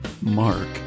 Mark